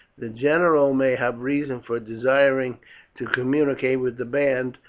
the general may have reason for desiring to communicate with the band,